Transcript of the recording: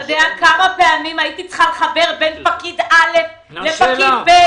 אתה יודע כמה פעמים הייתי צריכה לחבר בין פקיד א' לפקיד ב'.